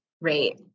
Right